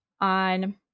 on